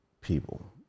people